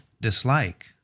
dislike